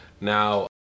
now